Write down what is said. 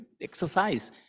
exercise